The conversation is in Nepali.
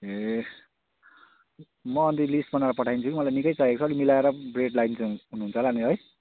ए म अहिले लिस्ट बनाएर पठाइदिन्छु कि मलाई निकै चाहिएको छ कि अलिक मिलाएर रेट लगाइदिनु हुन्छ होला नि है